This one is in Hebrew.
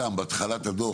בהתחלת הדו"ח,